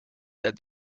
said